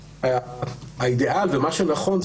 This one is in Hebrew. האידאל ומה שנכון,